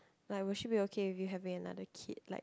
like will she be okay if you have another kid like